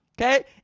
okay